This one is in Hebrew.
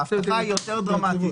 כך ההבטחה היא יותר דרמטית,